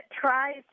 tries